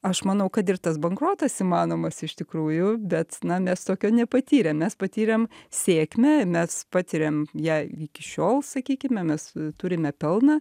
aš manau kad ir tas bankrotas įmanomas iš tikrųjų bet mes tokio nepatyrėm mes patyrėm sėkme mes patiriam ją iki šiol sakykime mes turime pelną